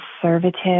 conservative